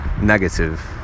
negative